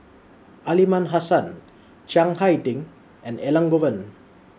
Aliman Hassan Chiang Hai Ding and Elangovan